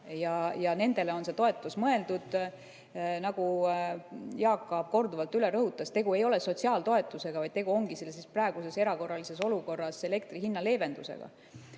nendele on see toetus mõeldud. Nagu Jaak Aab korduvalt rõhutas, siis ei ole tegu sotsiaaltoetusega, vaid tegu ongi praeguses erakorralises olukorras elektri hinna leevendusega.